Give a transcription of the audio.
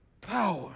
power